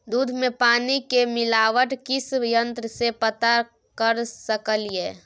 दूध में पानी के मिलावट किस यंत्र से पता कर सकलिए?